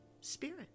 spirit